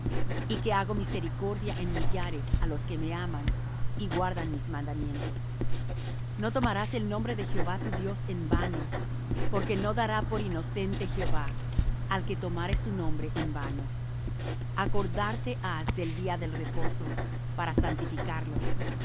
y que hago misericordia en millares á los que me aman y guardan mis mandamientos no tomarás el nombre de jehová tu dios en vano porque no dará por inocente jehová al que tomare su nombre en vano acordarte has del día del reposo para santificarlo